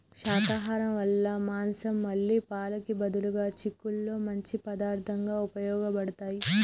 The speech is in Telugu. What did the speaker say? శాకాహరం వాళ్ళ మాంసం మళ్ళీ పాలకి బదులుగా చిక్కుళ్ళు మంచి పదార్థంగా ఉపయోగబడతాయి